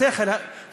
לפי השכל הישר,